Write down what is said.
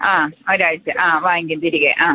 ആ ഒരാഴ്ച്ച ആ വാങ്ങിക്കും തിരികെ ആ